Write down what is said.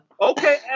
Okay